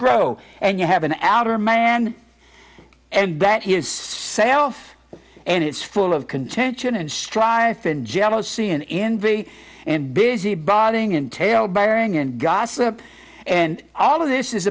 grow and you have an outer man and that is self and it's full of contention and strife and jealousy and envy and busybody and tale bearing and gossip and all of this is